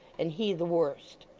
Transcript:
and he the worst.